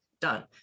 Done